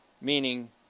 meaning